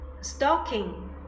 stocking